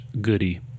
Goody